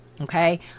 okay